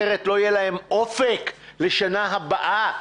אחרת, לא יהיה להם אופק לשנה הבאה.